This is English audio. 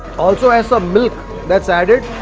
also has some milk that's added,